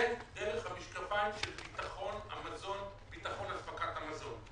זה דרך המשקפיים של ביטחון אספקת המזון.